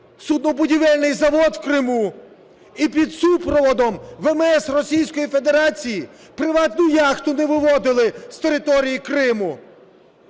суднобудівельний завод в Криму і під супроводом ВМС Російської Федерації приватну яхту не виводили з території Криму,